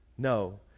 No